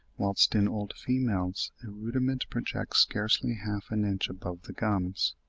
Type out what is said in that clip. whilst in old females a rudiment projects scarcely half an inch above the gums.